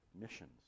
missions